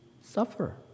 suffer